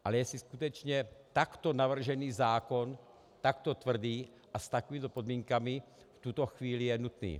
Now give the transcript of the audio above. Ale jestli skutečně takto navržený zákon, takto tvrdý a s takovými podmínkami v tuto chvíli je nutný.